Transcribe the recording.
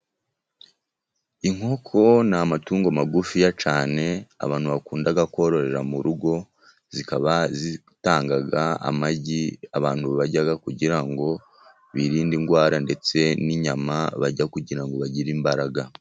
Inkoko ni amatungo magufiya cyane, abantu bakunda kororera mu rugo zikaba zitanga amagi, abantu barya kugira ngo birinde indwara ndetse n'inyama barya kugira ngo bagire imbaraga.